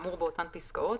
האמור באותן פסקאות,